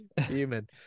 Human